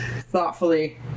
thoughtfully